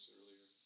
earlier